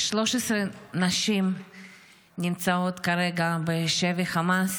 13 נשים נמצאות כרגע בשבי חמאס,